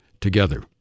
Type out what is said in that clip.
together